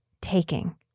taking